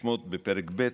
בשמות בפרק ב',